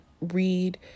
read